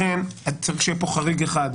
לכן צריך שיהיה פה חריג אחד,